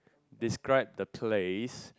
describe the place